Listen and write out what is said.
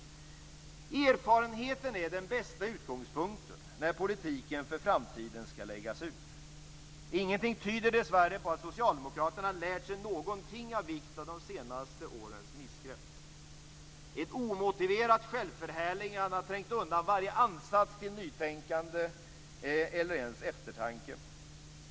Erfarenheten är den bästa utgångspunkten när politiken för framtiden skall läggas ut. Ingenting tyder dessvärre på att Socialdemokraterna har lärt sig något av vikt av de senaste årens missgrepp. Ett omotiverat självförhärligande har trängt undan varje ansats till nytänkande eller ens eftertanke.